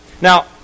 Now